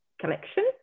collection